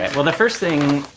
and well the first thing,